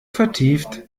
vertieft